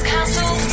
Castle